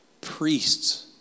Priests